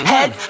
Head